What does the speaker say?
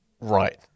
Right